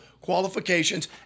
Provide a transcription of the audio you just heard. qualifications